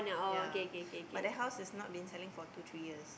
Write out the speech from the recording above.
ya but that house has not been selling for two three years